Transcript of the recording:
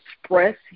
express